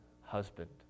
husband